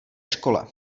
škole